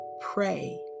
pray